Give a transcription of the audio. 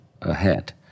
ahead